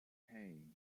hey